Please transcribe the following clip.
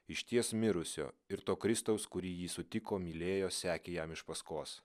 išties mirusio ir to kristaus kurį ji sutiko mylėjo sekė jam iš paskos